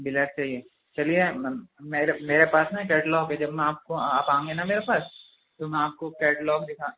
black چاہیے چلیے میرے میرے پاس نا کیٹلگ ہے جب میں آپ کو آپ آئیں گے نا میرے پاس تو میں آپ کو کیٹلگ دکھا